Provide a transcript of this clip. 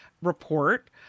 report